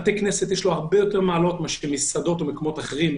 לבתי כנסת יש הרבה יותר מעלות לעומת מסעדות או מקומות אחרים.